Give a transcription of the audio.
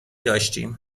داشتیم